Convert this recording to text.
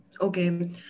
Okay